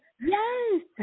Yes